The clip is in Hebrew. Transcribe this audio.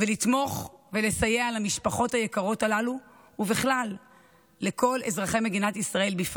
ולתמוך ולסייע למשפחות היקרות הללו ובכלל לכל אזרחי מדינת ישראל.